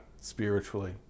spiritually